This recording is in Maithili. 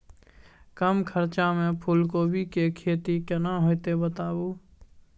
कम खर्चा में फूलकोबी के खेती केना होते बताबू?